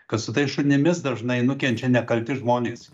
kad su tais šunimis dažnai nukenčia nekalti žmonės